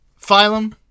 Phylum